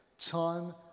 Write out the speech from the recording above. time